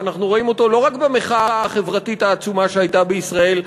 אנחנו רואים אותו לא רק במחאה החברתית העצומה שהייתה בישראל,